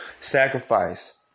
sacrifice